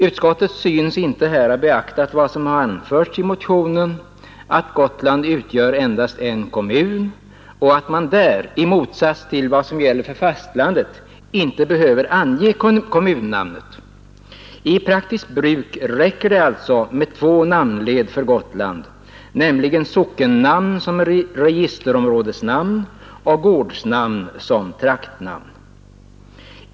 Utskottet synes här inte ha beaktat vad som anförts i motionen, nämligen att Gotland utgör endast en kommun och att man där, i motsats till vad som gäller för fastlandet, inte behöver ange kommunnamn. I praktiskt bruk räcker det alltså med två namnled för Gotland, nämligen sockennamn som registerområdesnamn och gårdsnamn som traktnamn.